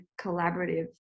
collaborative